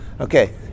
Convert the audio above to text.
Okay